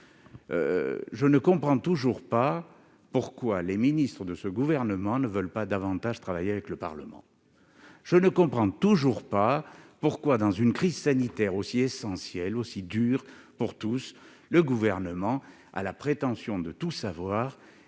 je ne comprends toujours pas pourquoi les ministres de ce gouvernement ne veulent pas davantage travailler avec le Parlement. Mais bien sûr ! Je ne comprends toujours pas pourquoi, alors que nous traversons une crise sanitaire aussi dure pour tous, le Gouvernement a la prétention de tout savoir